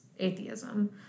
Atheism